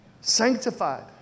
Sanctified